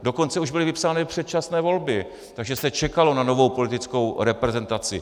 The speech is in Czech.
Dokonce už byly vypsány předčasné volby, takže se čekalo na novou politickou reprezentaci.